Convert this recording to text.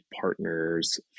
Partners